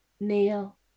Neil